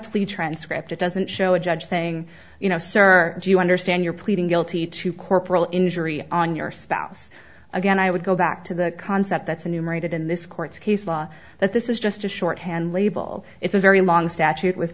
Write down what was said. plea transcript it doesn't show a judge saying you know sir do you understand your pleading guilty to corporal injury on your spouse again i would go back to the concept that's a numerated in this court's case law that this is just a short hand label it's a very long statute with